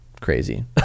crazy